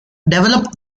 develop